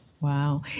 Wow